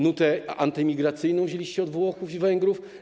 Nutę antyimigracyjną wzięliście od Włochów i Węgrów.